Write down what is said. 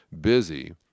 busy